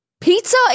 Pizza